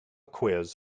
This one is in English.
quiz